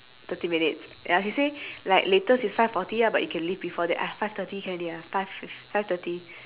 thirty minutes ya she say like latest is five forty ah but you can leave before that !aiya! five thirty can already ah five five thirty